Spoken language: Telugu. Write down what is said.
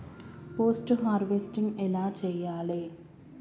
పోస్ట్ హార్వెస్టింగ్ ఎలా చెయ్యాలే?